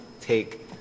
take –